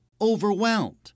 overwhelmed